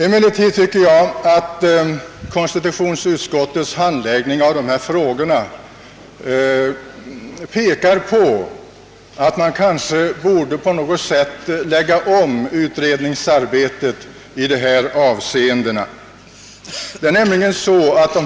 Emellertid tycker jag att konstitutionsutskottets handläggning av dessa frågor pekar på att utredningsarbetet i dessa avseenden kanske på något sätt borde läggas om.